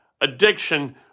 addiction